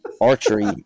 archery